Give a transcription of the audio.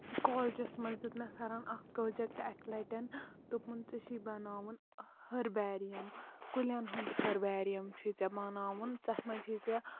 کالیجَس منٛز دیُتنَس سَرَن اکھ پروجیکٹہٕ اَکہِ لَٹٮ۪ن دوٚپُن ژٕ چھُے بَناوُن ہربیرِیِم کُلین ہُند ہَربیرِیم چھُے ژٕ بَناوُن تَتھ منٛز چھےٚ ژٕ